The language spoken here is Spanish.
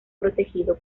protegido